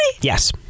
Yes